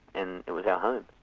and it was our home.